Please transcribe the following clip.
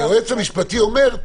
היועץ המשפטי אומר,